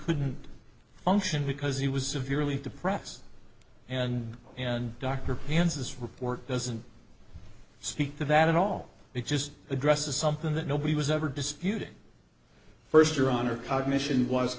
couldn't function because he was severely depressed and and dr hans this report doesn't speak to that at all it just addresses something that nobody was ever disputed first your honor cognition was